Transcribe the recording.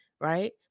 right